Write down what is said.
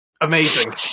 amazing